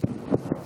אדוני היושב-ראש,